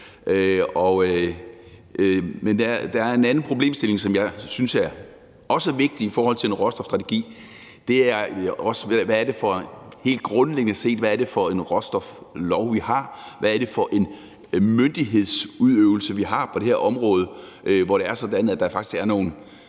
Men der er en anden problemstilling, som jeg synes også er vigtig i forhold til en råstofstrategi, og det er, hvad det helt grundlæggende set er for en råstoflov, vi har, og hvad det er for en myndighedsudøvelse, vi har på det her område, hvor det er sådan,